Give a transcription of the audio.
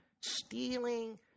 Stealing